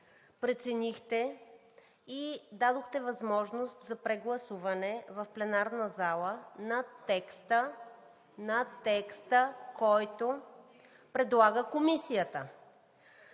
преценихте и дадохте възможност за прегласуване в пленарната зала на текста, който предлага Комисията,